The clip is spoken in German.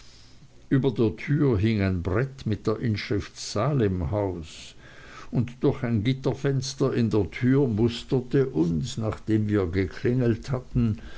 über der tür hing ein brett mit der inschrift salemhaus und durch ein gitterfenster in der tür musterte uns nachdem wir geklingelt hatten